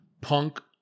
punk